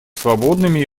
свободными